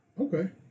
Okay